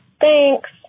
Thanks